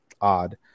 odd